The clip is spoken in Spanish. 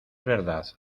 verdad